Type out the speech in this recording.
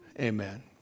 Amen